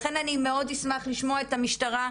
לכן אני מאוד אשמח לשמוע את המשטרה,